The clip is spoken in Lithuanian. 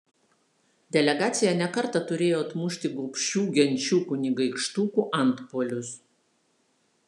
delegacija ne kartą turėjo atmušti gobšių genčių kunigaikštukų antpuolius